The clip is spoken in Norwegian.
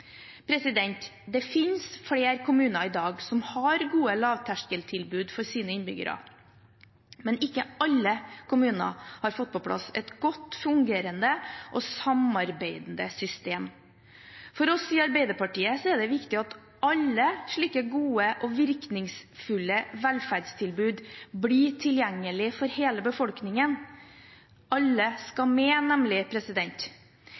Det finnes flere kommuner i dag som har gode lavterskeltilbud for sine innbyggere, men ikke alle kommuner har fått på plass et godt fungerende og samarbeidende system. For oss i Arbeiderpartiet er det viktig at alle slike gode og virkningsfulle velferdstilbud blir tilgjengelig for hele befolkningen. Alle